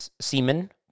semen